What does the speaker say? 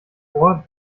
vor